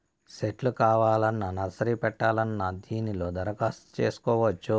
సెట్లు కావాలన్నా నర్సరీ పెట్టాలన్నా దీనిలో దరఖాస్తు చేసుకోవచ్చు